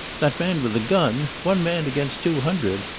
that man with the gun! one man against two hundred!